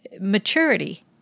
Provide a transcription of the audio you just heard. Maturity